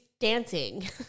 Dancing